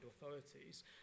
authorities